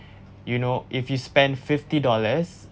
you know if you spend fifty dollars